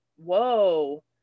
Whoa